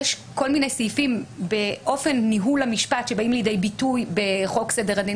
יש כל מיני סעיפים באופן ניהול המשפט שבאים לידי ביטוי בחוק סדר הדין